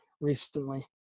recently